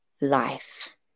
life